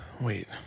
Wait